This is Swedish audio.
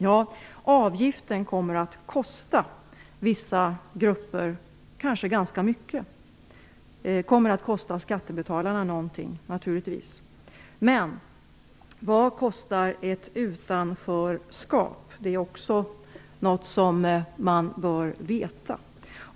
Ja, avgiften kommer att kosta vissa grupper kanske ganska mycket. Detta kommer naturligtvis att kosta skattebetalarna något. Men vad kostar ett utanförskap? Det är också något som man bör veta.